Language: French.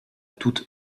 toute